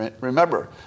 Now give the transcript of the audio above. Remember